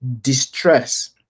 distress